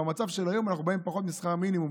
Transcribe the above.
במצב של היום אנחנו באים על פחות משכר מינימום,